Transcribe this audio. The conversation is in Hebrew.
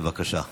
בבקשה.